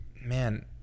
man